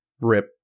Rip